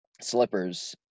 slippers